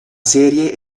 serie